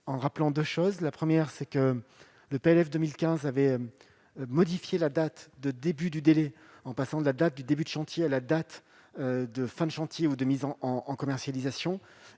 je rappelle deux choses : premièrement, le PLF 2015 avait modifié la date de début du délai en substituant à la date de début de chantier la date de fin de chantier ou de mise en commercialisation